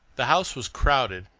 the house was crowded,